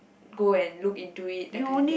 go and look into it that kind thing